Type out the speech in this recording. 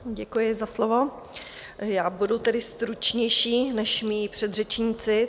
Děkuji za slovo, já budu stručnější než moji předřečníci.